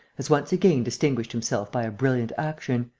has once again distinguished himself by a brilliant action.